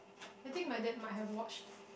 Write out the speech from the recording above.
I think my dad might have watched